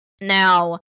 Now